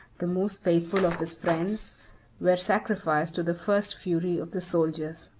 the most faithful of his friends were sacrificed to the first fury of the soldiers.